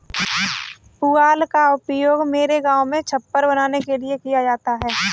पुआल का उपयोग मेरे गांव में छप्पर बनाने के लिए किया जाता है